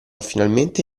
finalmente